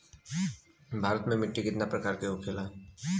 भारत में मिट्टी कितने प्रकार का होखे ला?